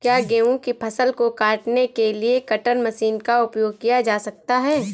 क्या गेहूँ की फसल को काटने के लिए कटर मशीन का उपयोग किया जा सकता है?